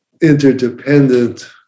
interdependent